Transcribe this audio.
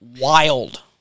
wild